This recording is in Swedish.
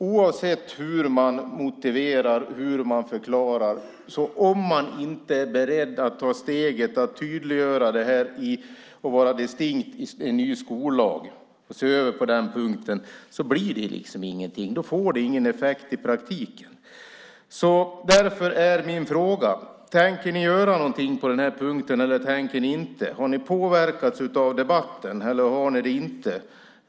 Oavsett hur man motiverar och hur man förklarar, om man inte är beredd att ta steget att tydliggöra detta, vara distinkt i en ny skollag och se över denna punkt så blir det inget och får ingen effekt i praktiken. Tänker ni göra något på denna punkt eller inte? Har ni påverkats av debatten eller inte?